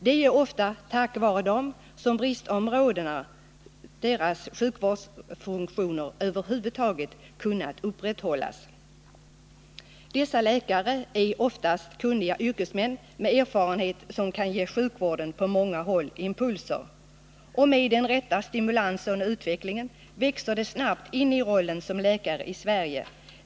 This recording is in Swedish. Det är ofta tack vare dem som bristområdenas sjukvårdsfunktioner över huvud taget kunnat upprätthållas. Dessa läkare är oftast kunniga yrkesmän med erfarenheter som på många håll kan ge sjukvården impulser, och med den rätta stimulansen och utvecklingen växer de snabbt in i rollen som läkare i Sverige.